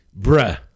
Bruh